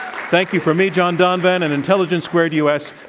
thank you from me, john donvan and intelligence squared u. s.